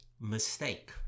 mistake